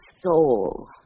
soul